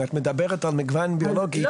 אם את מדברת על מגוון ביולוגי,